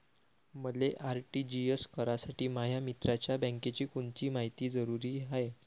मले आर.टी.जी.एस करासाठी माया मित्राच्या बँकेची कोनची मायती जरुरी हाय?